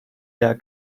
der